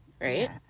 right